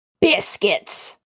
Biscuits